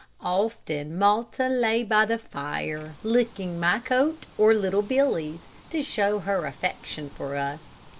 often malta lay by the fire, licking my coat or little billy's, to show her affection for us.